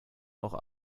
auch